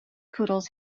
poodles